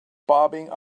bobbing